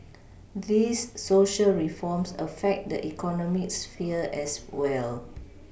these Social reforms affect the economic sphere as well